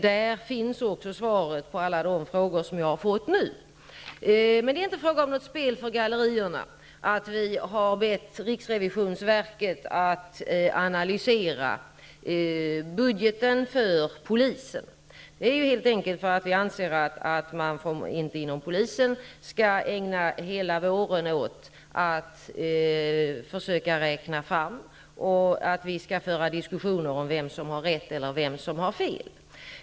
Där finns också svaret på alla de frågor som jag nu har fått. Det är inte fråga om något spel för gallerierna att vi har bett riksrevisionsverket att analysera budgeten för polisen. Det är helt enkelt för att vi anser att man inom polisen inte skall ägna hela våren åt att försöka räkna fram den och för att vi inte skall föra diskussioner om vem som har rätt och vem som har fel.